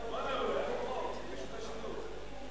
הרווחה והבריאות לשם הכנתה לקריאה שנייה ושלישית.